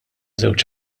żewġ